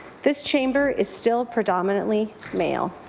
this chamber is still predominantly male.